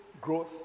growth